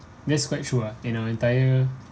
that's quite sure ah in our entire